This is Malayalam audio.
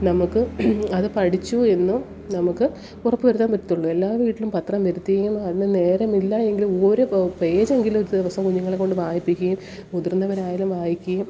നമുക്ക് അതു പഠിച്ചു എന്ന് നമുക്ക് ഉറപ്പു വരുത്താൻ പറ്റത്തുള്ളൂ എല്ലാ വീട്ടിലും പത്രം വരുത്തുകയും അതിനു നേരമില്ല എങ്കിൽ ഒരു പേജെങ്കിലും ഒരു ദിവസം കുഞ്ഞുങ്ങളെ കൊണ്ട് വായിപ്പിക്കുകയും മുതിർന്നവരായാലും വായിക്കയും